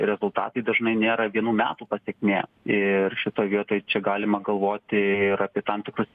rezultatai dažnai nėra vienų metų pasekmė ir šitoj vietoj čia galima galvoti ir apie tam tikrus